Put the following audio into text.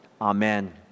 Amen